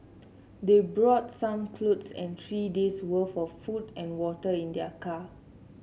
they brought some clothes and three day's worth of food and water in their car